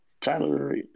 Tyler